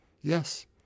Yes